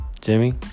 Jimmy